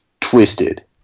Twisted